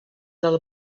del